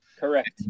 Correct